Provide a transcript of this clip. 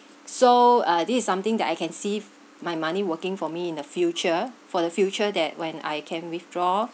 so uh this is something that I can see if my money working for me in the future for the future that when I can withdraw